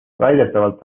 väidetavalt